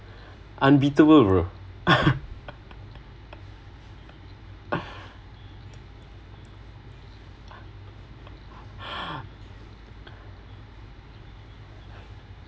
unbeatable bro